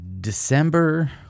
December